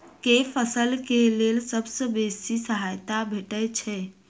केँ फसल केँ लेल सबसँ बेसी सहायता भेटय छै?